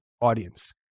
audience